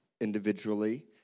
individually